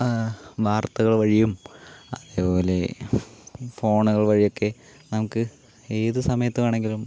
വാർത്തകള് വഴിയും അതേപോലെ ഫോണുകള് വഴിയൊക്കെ നമുക്ക് ഏത് സമയത്ത് വേണമെങ്കിലും